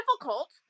difficult